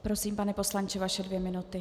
Prosím, pane poslanče, vaše dvě minuty.